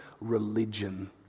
religion